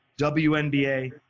WNBA